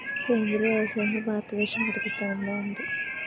సేంద్రీయ వ్యవసాయంలో భారతదేశం మొదటి స్థానంలో ఉంది